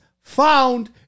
found